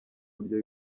buryo